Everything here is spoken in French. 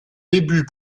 débuts